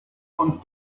und